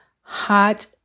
hot